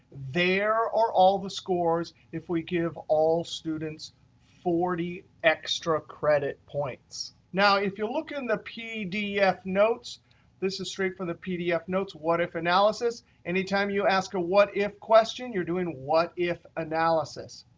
there are all the scores if we give all students forty extra credit points. now, if you look in the pdf notes this is straight from the pdf notes, what if analysis anytime you ask a what if question, you're doing what if analysis.